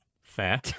Fair